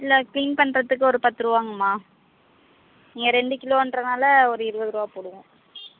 இல்லை க்ளீன் பண்ணுறதுக்கு ஒரு பத்து ரூவாங்கமா நீங்கள் ரெண்டு கிலோன்றதினால ஒரு இருபது ரூவாய் கொடுங்க